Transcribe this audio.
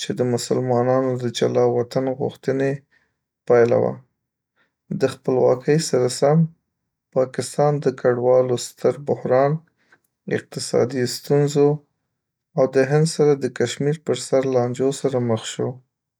چې د مسلمانانو د جلا وطن غوښتنې پایله وه. د خپلواکۍ سره سم، پاکستان د کډوالو ستر بحران، اقتصادي ستونزو، او د هند سره د کشمیر پر سر لانجو سره مخ شو.